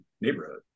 neighborhood